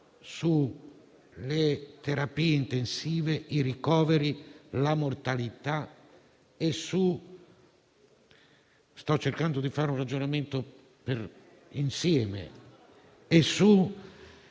sulle terapie intensive, sui ricoveri, sulla mortalità e sul fatto che, tentando di fare un ragionamento insieme,